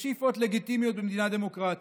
ושאיפות לגיטימיות במדינה דמוקרטית,